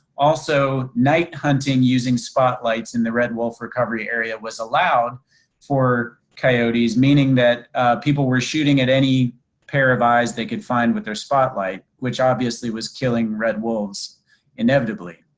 also night hunting using spotlights in the red wolf recovery area was allowed for coyotes meaning that people were shooting at any pair of eyes, they could find what their spotlight which obviously was killing red wolves inevitably.